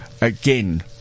Again